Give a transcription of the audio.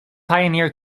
pioneer